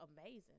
amazing